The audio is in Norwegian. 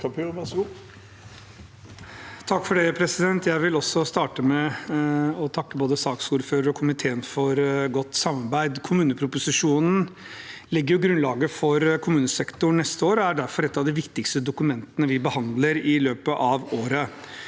Kapur (H) Jeg vil også starte med å takke både saksordføreren og komiteen for godt samarbeid. Kommuneproposisjonen legger grunnlaget for kommunesektoren neste år og er derfor et av de viktigste dokumentene vi behandler i løpet av året.